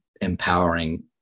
empowering